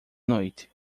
noite